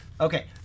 Okay